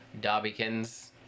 Dobbykins